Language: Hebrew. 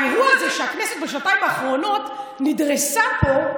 האירוע הזה שהכנסת בשנתיים האחרונות נדרסה פה,